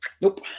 Nope